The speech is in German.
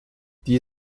die